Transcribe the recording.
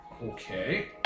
okay